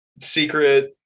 secret